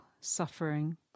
suffering